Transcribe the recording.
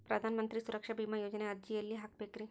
ಪ್ರಧಾನ ಮಂತ್ರಿ ಸುರಕ್ಷಾ ಭೇಮಾ ಯೋಜನೆ ಅರ್ಜಿ ಎಲ್ಲಿ ಹಾಕಬೇಕ್ರಿ?